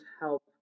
help